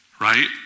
Right